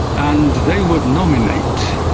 and they would nominate,